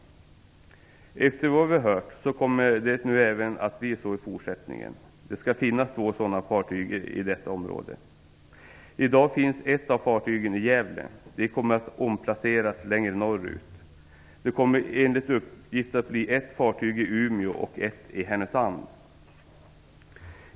Efter vad vi hört kommer det nu att bli så även i fortsättningen. Det skall finnas två sådana fartyg i detta område. I dag finns ett av fartygen i Gävle. Det kommer att omplaceras längre norrut. Det kommer enligt uppgift att bli ett fartyg i Umeå och ett i Härnösand.